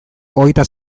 hogeita